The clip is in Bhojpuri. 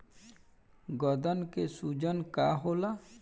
गदन के सूजन का होला?